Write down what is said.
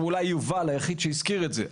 אולי יובל היחיד שהזכיר את זה,